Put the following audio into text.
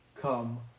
come